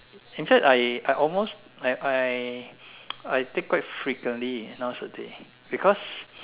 in fact I I almost I I I take quite frequently nowadays because